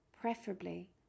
Preferably